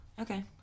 okay